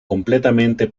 completamente